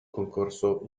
concorso